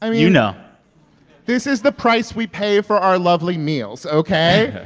um you know this is the price we pay for our lovely meals, ok?